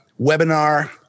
webinar